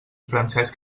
francesc